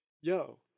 yo